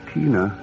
Tina